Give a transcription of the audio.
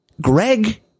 Greg